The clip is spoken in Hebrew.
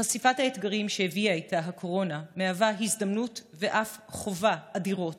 חשיפת האתגרים שהביאה איתה הקורונה מהווה הזדמנות ואף חובה אדירות